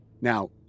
Now